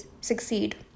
Succeed